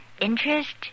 Interest